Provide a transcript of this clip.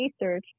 research